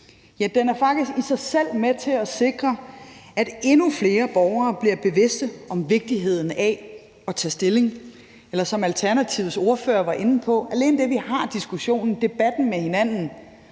Ja, den er faktisk i sig selv med til at sikre, at endnu flere borgere bliver bevidste om vigtigheden af at tage stilling. Eller som Alternativets ordfører var inde på, har alene det, at vi har diskussionen og debatten med hinanden,